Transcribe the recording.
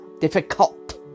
difficult